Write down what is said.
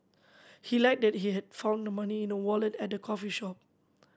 he lied that he had found the money in a wallet at the coffee shop